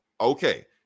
Okay